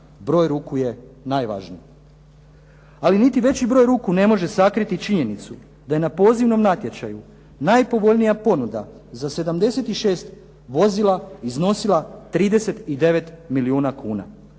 broj ruku je najvažniji. Ali niti veći broj ruku ne može sakriti činjenicu da je na pozivnom natječaju najpovoljnija ponuda za 76 vozila iznosila 39 milijuna kuna,